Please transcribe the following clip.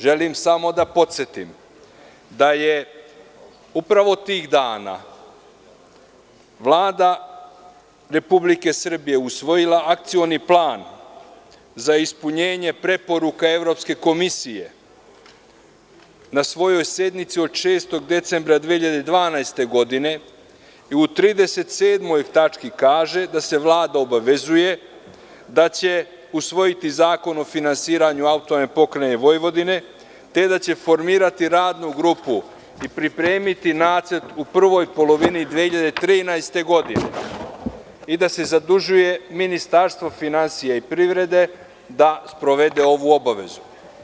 Želim samo da podsetim da je upravo tih dana Vlada Republike Srbije usvojila Akcioni plan za ispunjenje preporuka Evropske komisije na svojoj sednici od 6. decembra 2012. godine i u 37. tački kaže – da se Vlada obavezuje da će usvojiti zakon o finansiranju AP Vojvodine, te da će formirati radnu grupu i pripremiti nacrt u prvoj polovini 2013. godine i da se zadužuje Ministarstvo finansija i privrede da sprovede ovu obavezu.